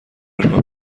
راه